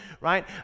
Right